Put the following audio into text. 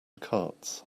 carts